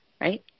right